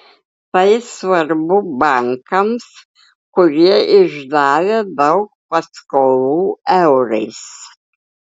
tai svarbu bankams kurie išdavę daug paskolų eurais